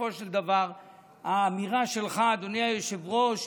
בסופו של דבר האמירה שלך, אדוני היושב-ראש,